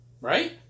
Right